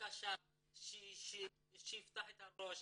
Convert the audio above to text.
בבקשה שיפתח את הראש,